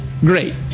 great